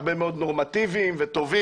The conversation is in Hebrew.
כמובן שיש הרבה מאוד נורמטיביים וטובים,